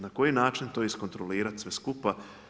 Na koji način to iskontrolirati sve skupa?